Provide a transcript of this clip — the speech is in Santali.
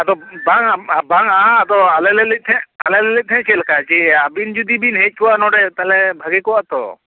ᱟᱫᱚ ᱵᱟᱝᱟ ᱵᱟᱝᱟ ᱟᱫᱚ ᱟᱞᱮᱞᱮ ᱞᱟᱹᱭ ᱮᱫ ᱛᱟᱦᱮᱫ ᱟᱞᱮᱞᱮ ᱞᱟᱹᱭ ᱮᱫ ᱛᱟᱦᱮᱫ ᱪᱮᱫ ᱞᱮᱠᱟ ᱡᱮ ᱟᱹᱵᱤᱱ ᱡᱩᱫᱤ ᱵᱤᱱ ᱦᱮᱡ ᱠᱚᱜᱼᱟ ᱱᱚᱰᱮ ᱛᱟᱦᱚᱞᱮ ᱵᱷᱟᱹᱜᱤ ᱠᱚᱜᱟ ᱛᱚ